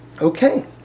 Okay